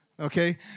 Okay